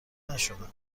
نشدم